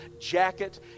jacket